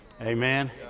Amen